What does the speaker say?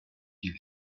die